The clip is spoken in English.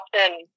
often